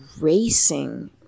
racing